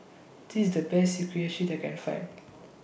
This IS The Best that I Can Find